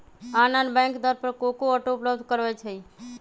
आन आन बैंक दर पर को को ऑटो उपलब्ध करबबै छईं